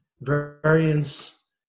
variance